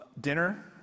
dinner